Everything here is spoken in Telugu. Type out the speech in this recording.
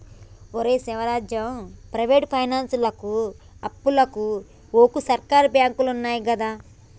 ఒరే శివరాజం, ప్రైవేటు పైనాన్సులకు అప్పుకు వోకు, సర్కారు బాంకులున్నయ్ గదా